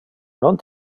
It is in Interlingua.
non